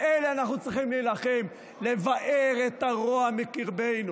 באלה אנחנו צריכים להילחם, ולבער את הרוע מקרבנו.